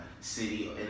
City